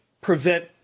prevent